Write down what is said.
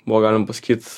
buvo galima pasakyt